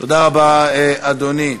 תודה רבה, אדוני.